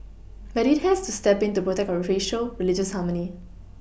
but it has to step in to protect our racial religious harmony